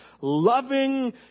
loving